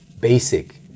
basic